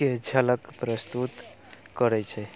के झलक प्रस्तुत करै छै